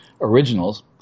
Originals